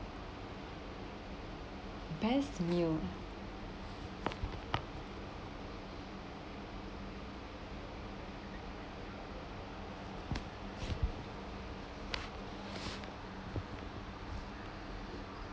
best meal